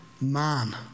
man